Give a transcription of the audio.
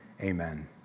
amen